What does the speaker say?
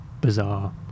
bizarre